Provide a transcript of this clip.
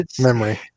memory